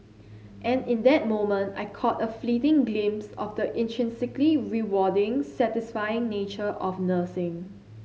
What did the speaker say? and in that moment I caught a fleeting glimpse of the intrinsically rewarding satisfying nature of nursing